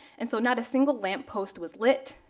and so not a single lamp post was lit,